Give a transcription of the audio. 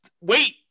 wait